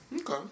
Okay